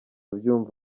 ubyumva